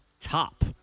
top